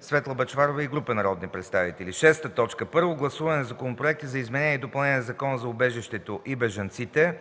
Светла Бъчварова и група народни представители. 6. Първо гласуване на законопроекти за изменение и допълнение на Закона за убежището и бежанците